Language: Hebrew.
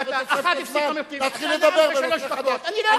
מחוסר זמן להתחיל לדבר אני לא יכול כך.